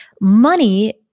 money